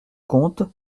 comte